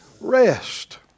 rest